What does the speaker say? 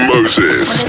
Moses